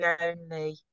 lonely